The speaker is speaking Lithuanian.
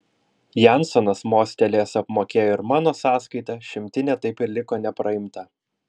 jansonas mostelėjęs apmokėjo ir mano sąskaitą šimtinė taip ir liko nepraimta